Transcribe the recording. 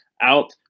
out